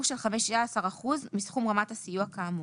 של 15 אחוזים מסכום רמת הסיוע כאמור.